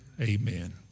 Amen